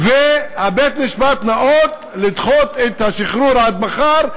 ובית-המשפט ניאות לדחות את השחרור עד מחר,